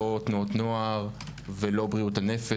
לא תנועות נוער ולא בריאות הנפש.